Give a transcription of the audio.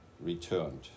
returned